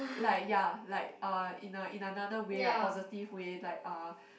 like ya like uh in a in a another way ah positive way like uh